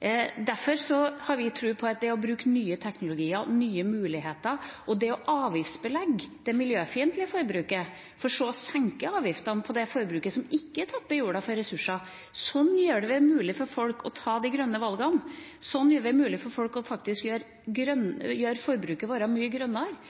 Derfor har vi tro på det å bruke nye teknologier og nye muligheter og det å avgiftsbelegge det miljøfiendtlige forbruket for så å senke avgiftene på det forbruket som ikke tapper jorda for ressurser. Sånn gjør vi det mulig for folk å ta de grønne valgene. Sånn gjør vi det mulig for folk faktisk å gjøre forbruket vårt mye grønnere.